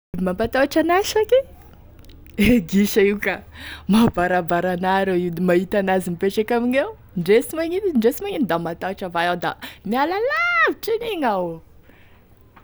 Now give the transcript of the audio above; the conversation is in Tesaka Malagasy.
E biby mampatahotry ana saky e gisa io ka mahabarabara ana rô io da mahita anazy mipetraky amigneo ndre sy magnino ndre sy magnino da matahotry avao iaho da miala lavitry an'igny iaho.